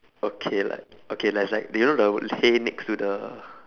okay like okay there's like do you know the hay next to the